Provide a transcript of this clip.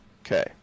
Okay